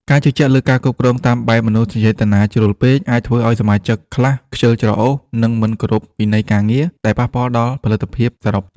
ការជឿជាក់លើការគ្រប់គ្រងតាមបែបមនោសញ្ចេតនាជ្រុលពេក អាចធ្វើឱ្យសមាជិកខ្លះខ្ជិលច្រអូស និងមិនគោរពវិន័យការងារ ដែលប៉ះពាល់ដល់ផលិតភាពសរុប។